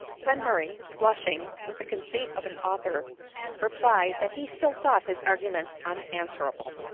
glenmurray, blushing, with the conceit of an author replied, that he still thought his arguments unanswera ble.